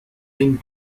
den